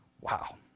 Wow